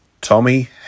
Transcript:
Tommy